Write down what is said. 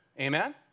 Amen